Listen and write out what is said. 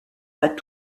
pas